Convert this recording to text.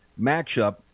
matchup